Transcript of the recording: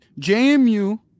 JMU